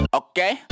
okay